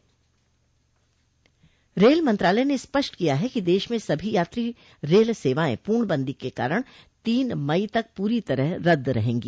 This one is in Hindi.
रेल मंत्रालय ने स्पष्ट किया है कि देश में सभी यात्री रेल सेवाएं पूर्णबंदी के कारण तीन मई तक पूरी तरह रद्द रहेंगी